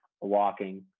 walking